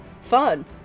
fun